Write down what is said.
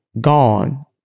gone